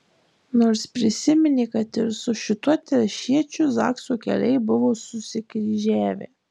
nors prisiminė kad ir su šituo telšiečiu zakso keliai buvo susikryžiavę